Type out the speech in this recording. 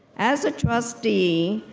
as a trustee,